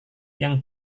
yang